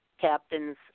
captains